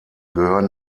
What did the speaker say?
gehören